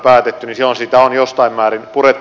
silloin sitä on jossain määrin purettu